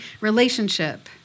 relationship